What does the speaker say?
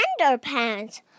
underpants